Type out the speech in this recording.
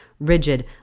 Rigid